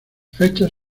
fechas